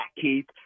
Keith